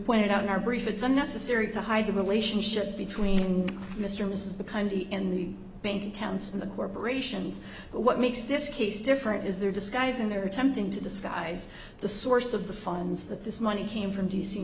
pointed out in our brief it's unnecessary to hide the relationship between mr mrs the kind in the bank accounts and the corporations what makes this case different is their disguise and they're attempting to disguise the source of the funds that this money came from d